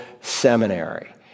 Seminary